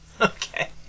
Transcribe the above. Okay